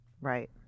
Right